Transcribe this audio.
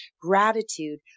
gratitude